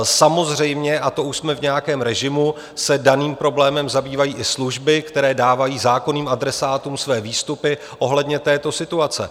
Samozřejmě, a to už jsme v nějakém režimu, se daným problémem zabývají i služby, které dávají zákonným adresátům své výstupy ohledně této situace.